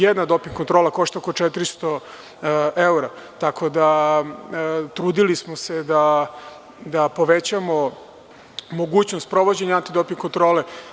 Jedna doping kontrola košta oko 400 eura, tako da trudili smo se da povećamo mogućnost sprovođenja antidoping kontrole.